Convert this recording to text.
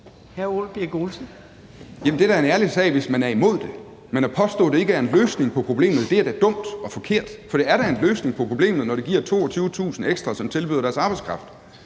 det er da en ærlig sag, hvis man er imod det, men at påstå, at det ikke er en løsning på problemet, er da dumt og forkert. For det er da en løsning på problemet, når det giver 22.000 ekstra, som tilbyder deres arbejdskraft.